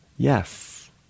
Yes